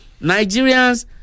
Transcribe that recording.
Nigerians